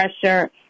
pressure